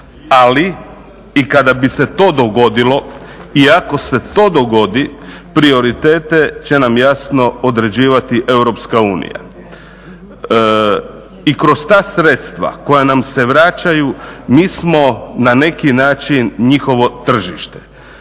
ali i kada bi se to dogodilo i ako se to dogodi prioritete će nam jasno određivati Europska unija i kroz ta sredstva koja nam se vraćaju mi smo na neki način njihovo tržište.